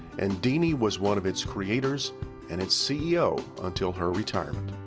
and deanie was one of its creators and its ceo until her retirement.